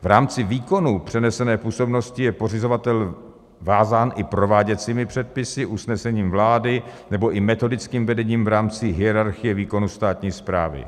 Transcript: V rámci výkonu přenesené působnosti je pořizovatel vázán i prováděcími předpisy, usnesením vlády nebo i metodickým vedením v rámci hierarchie výkonu státní správy.